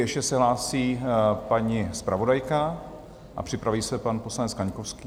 Ještě se hlásí paní zpravodajka a připraví se pan poslanec Kaňkovský.